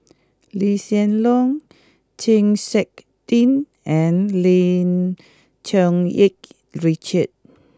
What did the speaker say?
Lee Hsien Loong Chng Seok Tin and Lim Cherng Yih Richard